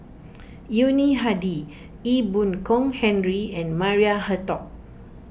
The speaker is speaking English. Yuni Hadi Ee Boon Kong Henry and Maria Hertogh